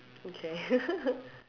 okay